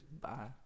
Bye